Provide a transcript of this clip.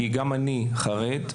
כי גם אני חרד,